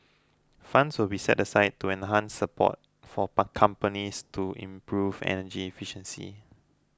funds will be set aside to enhance support for companies to improve energy efficiency